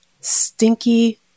stinky